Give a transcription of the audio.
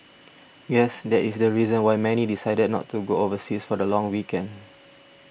guess that is the reason why many decided not to go overseas for the long weekend